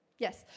Yes